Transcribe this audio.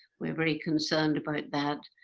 we're very concerned about that.